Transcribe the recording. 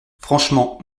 franchement